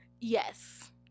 Yes